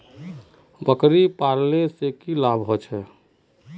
बकरी पालने से की की लाभ होचे?